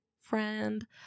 friend